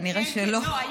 כנראה שלא.